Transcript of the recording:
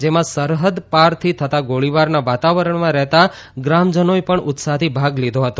જેમાં સરહદ પારથી થતાં ગોળીબારના વાતાવરણમાં રહેતા ગ્રામજનોએ પણ ઉત્સાહથી ભાગ લીધો હતો